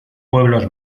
pueblos